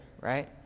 right